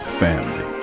family